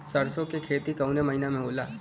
सरसों का खेती कवने महीना में होला?